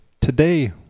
Today